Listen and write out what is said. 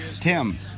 Tim